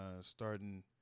starting